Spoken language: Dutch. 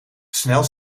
snel